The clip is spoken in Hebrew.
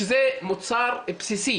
שזה מוצר בסיסי.